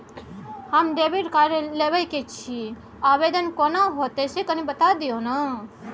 हम debit card लेब के छि, आवेदन केना होतै से कनी बता दिय न?